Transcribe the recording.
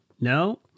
No